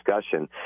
discussion